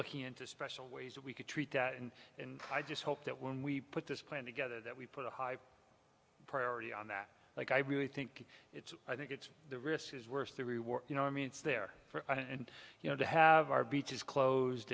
looking into special ways that we could treat that and i just hope that when we put this plan together that we put a high priority on that like i really think it's i think it's the risk is worth the reward you know i mean it's there and you know to have our beaches closed